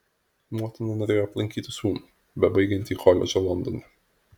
motina norėjo aplankyti sūnų bebaigiantį koledžą londone